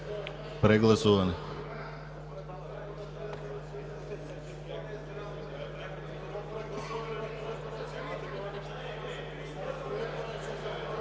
прегласуване.